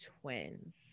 twins